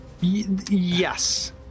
yes